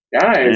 Guys